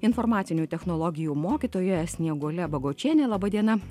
informacinių technologijų mokytoja snieguole bagočiene laba diena